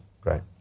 Great